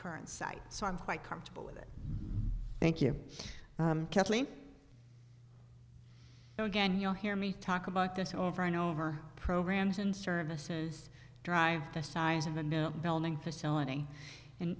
current site so i'm quite comfortable with it thank you kathleen so again you hear me talk about this over and over programs and services drive the size of a new building facility